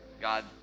God